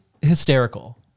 hysterical